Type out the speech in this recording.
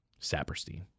Saperstein